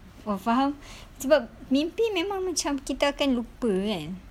oh faham sebab mimpi memang macam kita akan lupa kan